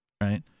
right